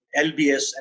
LBS